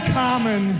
common